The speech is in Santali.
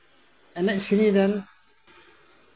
ᱮᱱᱮᱡ ᱥᱮᱨᱮᱧ ᱨᱮᱱ